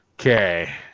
Okay